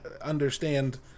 understand